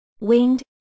winged